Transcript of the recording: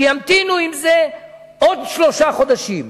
שימתינו עם זה עוד שלושה חודשים,